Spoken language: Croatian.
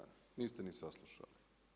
Niste ni saslušali.